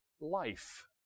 life